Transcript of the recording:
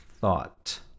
thought